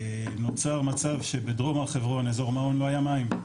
נוצר מצב שבדרום הר חברון, אזור מעון, לא היה מים,